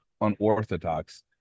unorthodox